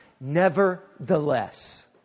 nevertheless